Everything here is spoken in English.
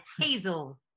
Hazel